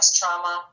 trauma